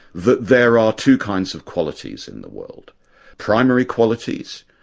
that there are two kinds of qualities in the world primary qualities,